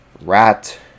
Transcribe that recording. rat